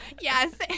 Yes